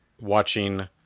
watching